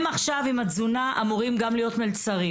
עכשיו הם אמורים להיות גם מלצרים,